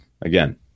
again